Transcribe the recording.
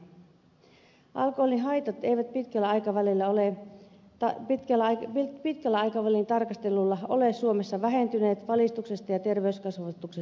alkoholin haitat eivät pitkällä aikavälillä ole tai pitkällä kävi pitkän aikavälin tarkastelulla ole suomessa vähentyneet valistuksesta ja terveyskasvatuksesta huolimatta